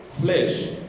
flesh